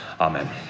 Amen